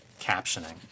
captioning